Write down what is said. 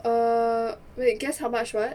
err wait guess how much what